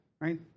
right